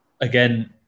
again